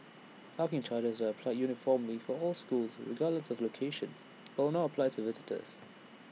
parking charges are applied uniformly for all schools regardless of location but will not apply to visitors